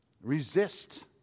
Resist